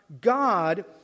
God